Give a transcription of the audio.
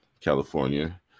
California